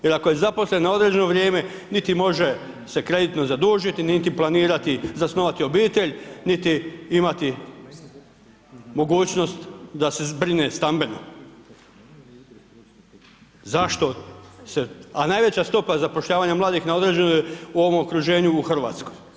Jer ako je zaposlen na određeno vrijeme niti može se kreditno zadužiti, niti planirati zasnovati obitelj, niti imati mogućnost da se zbrine stambeno, zašto, a najveća stopa zapošljavanja mladih na određeno je u ovom okruženju u Hrvatskoj.